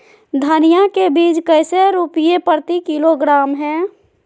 धनिया बीज कैसे रुपए प्रति किलोग्राम है?